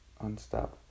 unstoppable